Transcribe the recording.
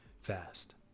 fast